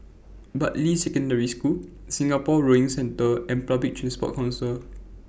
Bartley Secondary School Singapore Rowing Centre and Public Transport Council